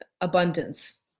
abundance